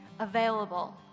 available